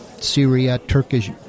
Syria-Turkish